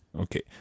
Okay